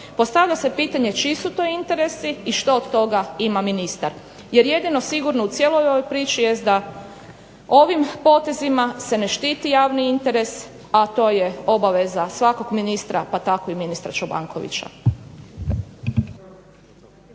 Postavlja se pitanje čiji su to interesi i što od toga ima ministar? Jer jedino sigurno u cijeloj ovoj priči jest da ovim potezima se ne štiti javni interes, a to je obaveza svakog ministra, pa tako i ministra Čobankovića.